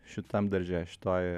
šitam darže šitoj